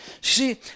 See